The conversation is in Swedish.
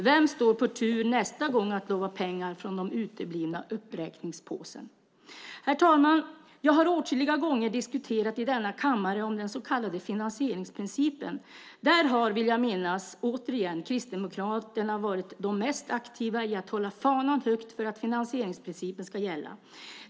Vem står på tur nästa gång att lova pengar från den uteblivna uppräkningspåsen? Herr talman! Jag har åtskilliga gånger diskuterat i denna kammare om den så kallade finansieringsprincipen. Där har, vill jag minnas, Kristdemokraterna varit de mest aktiva i att hålla fanan högt för att finansieringsprincipen ska gälla.